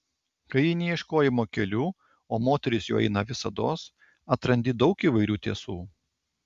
kai eini ieškojimo keliu o moteris juo eina visados atrandi daug įvairių tiesų